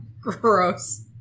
Gross